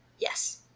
Yes